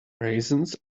raisins